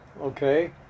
Okay